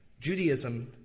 Judaism